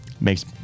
makes